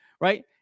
right